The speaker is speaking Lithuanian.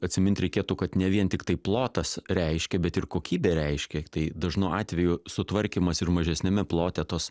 atsimint reikėtų kad ne vien tiktai plotas reiškia bet ir kokybė reiškia tai dažnu atveju sutvarkymas ir mažesniame plote tos